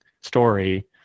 story